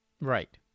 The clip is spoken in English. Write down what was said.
Right